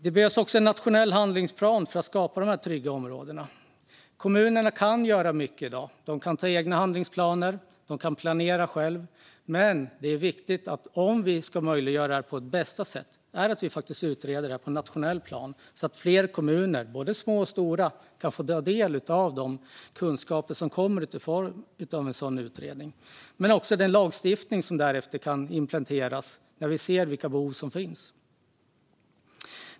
Det behövs också en nationell handlingsplan för att skapa trygga områden. Kommunerna kan göra mycket i dag. De kan anta egna handlingsplaner och planera själva, men för att möjliggöra det på bästa sätt är det viktigt att utreda det här på ett nationellt plan så att fler kommuner, både små och stora, kan få del av de kunskaper som en sådan utredning ger men också den lagstiftning som därefter kan implementeras, när vi ser vilka behov som finns.